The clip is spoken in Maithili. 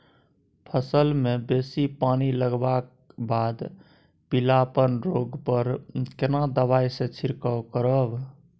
फसल मे बेसी पानी लागलाक बाद पीलापन रोग पर केना दबाई से छिरकाव करब?